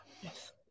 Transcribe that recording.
Yes